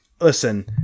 listen